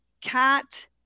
cat